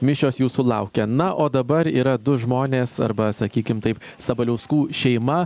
mišios jūsų laukia na o dabar yra du žmonės arba sakykim taip sabaliauskų šeima